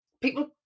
people